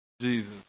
Jesus